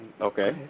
Okay